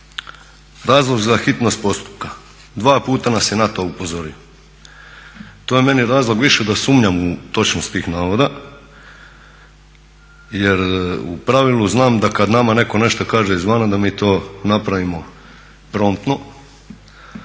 razlog za hitnost postupka. Dva puta nas je NATO upozorio. To je meni razlog više da sumnjam u točnost tih navoda jer u pravilu znam da kad nama netko nešto kaže izvana da mi to napravimo promptno.